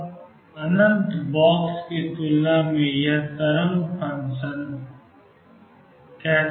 अब अनंत बॉक्स की तुलना में यह तरंग फलन फैला हुआ है